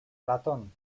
ratón